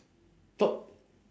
thought